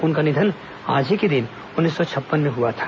उनका निधन आज ही के दिन उन्नीस सौ छप्पन में हुआ था